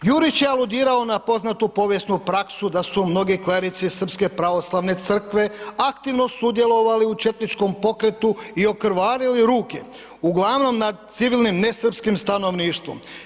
Jurić je aludirao na poznatu povijesnu praksu da su mnogi klerici srpske pravoslavne crkve aktivno sudjelovali u četničkom pokretu i okrvarili ruke uglavnom nad civilnim nesrpskim stanovništvom.